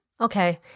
Okay